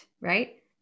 right